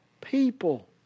people